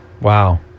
Wow